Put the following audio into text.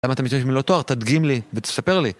למה אתה מתרגש מלא תואר? תדגים לי ותספר לי.